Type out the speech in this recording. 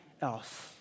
else